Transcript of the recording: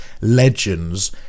legends